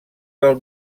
del